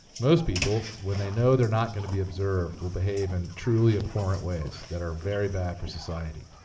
most people, when they know they're not going to be observed, will behave in truly abhorrent ways that are very bad for society.